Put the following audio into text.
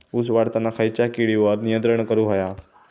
ऊस वाढताना खयच्या किडींवर नियंत्रण करुक व्हया?